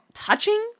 Touching